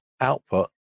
output